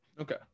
okay